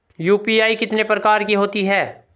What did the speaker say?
UPI कितने प्रकार की होती हैं?